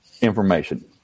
information